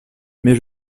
mais